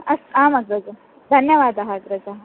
अस्तु आम् अग्रज धन्यवादः अग्रज